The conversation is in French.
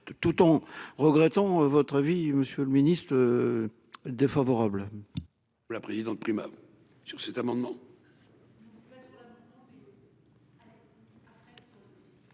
tout en regrettant, votre vie, Monsieur le Ministre défavorable.